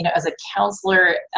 and as a counselor,